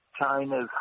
China's